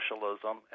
socialism